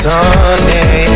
Sunday